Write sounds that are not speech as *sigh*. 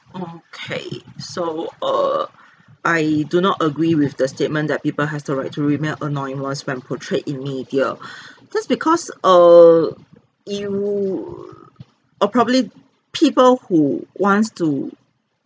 okay so err *breath* I do not agree with the statement that people has the right to remain anonymous when portrayed in media *breath* just because err you are probably people who wants to